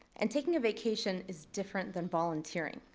and taking a vacation is different than volunteering.